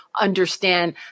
understand